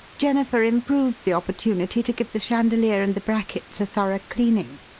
jennifer improved the opportunity to give the chandelier and the brackets a thorough cleaning,